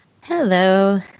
Hello